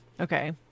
okay